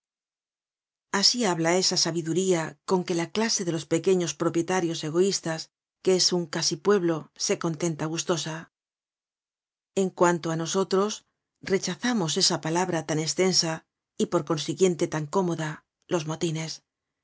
asi habla osa casi sabiduría con que la clase de los pequeños propietarios egoistas que es un casi pueblo se contenta gustosa en cuanto á nosotros rechazamos esa palabra tan estensa y por consiguiente tan cómoda los motines